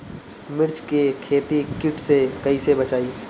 मिर्च के खेती कीट से कइसे बचाई?